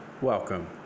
welcome